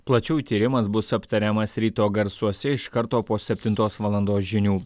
plačiau tyrimas bus aptariamas ryto garsuose iš karto po septintos valandos žinių